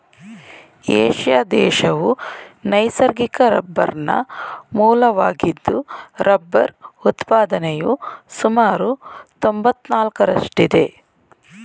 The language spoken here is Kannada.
ಏಷ್ಯಾ ದೇಶವು ನೈಸರ್ಗಿಕ ರಬ್ಬರ್ನ ಮೂಲವಾಗಿದ್ದು ರಬ್ಬರ್ ಉತ್ಪಾದನೆಯು ಸುಮಾರು ತೊಂಬತ್ನಾಲ್ಕರಷ್ಟಿದೆ